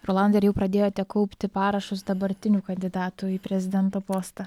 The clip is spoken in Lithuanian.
rolandai ar jau pradėjote kaupti parašus dabartinių kandidatų į prezidento postą